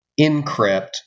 encrypt